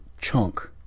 chunk